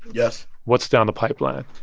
yes what's down the pipeline?